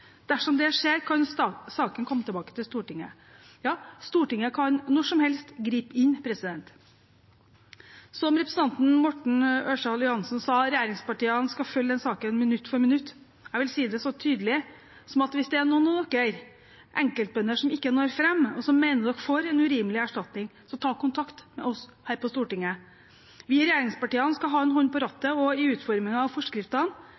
Dersom det skjer, kan saken komme tilbake til Stortinget. Stortinget kan når som helst gripe inn. Som representanten Morten Ørsal Johansen sa, skal regjeringspartiene følge denne saken «minutt for minutt». Jeg vil si det så tydelig som at hvis det er noen enkeltbønder som ikke når fram, og som mener de får en urimelig erstatning, må de ta kontakt med oss her på Stortinget. Vi i regjeringspartiene skal ha en hånd på rattet også i utformingen av